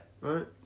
Right